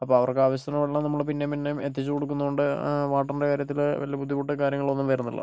അപ്പോൾ അവർക്ക് ആവശ്യത്തിനു വെള്ളം നമ്മൾ പിന്നെയും പിന്നെയും എത്തിച്ചു കൊടുക്കുന്നതുകൊണ്ട് വാട്ടറിൻ്റെ കാര്യത്തിൽ വലിയ ബുദ്ധിമുട്ട് കാര്യങ്ങളൊന്നും വരുന്നില്ല